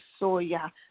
soya